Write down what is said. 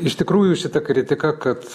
iš tikrųjų šita kritika kad